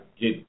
get